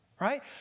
Right